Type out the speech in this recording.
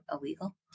illegal